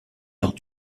lors